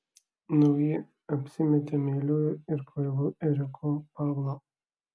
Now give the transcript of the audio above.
nauji apsimetė meiliu ir kvailu ėriuku pavlo